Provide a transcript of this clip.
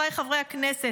חבריי חברי הכנסת,